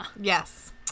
Yes